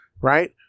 right